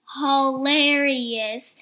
hilarious